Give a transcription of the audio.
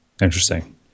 Interesting